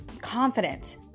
confident